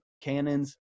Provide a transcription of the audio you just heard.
cannons